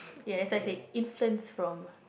yes that's why I said influence from